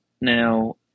now